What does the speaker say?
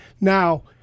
Now